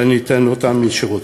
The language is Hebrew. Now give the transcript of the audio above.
ואני אתן אותם למי שרוצה.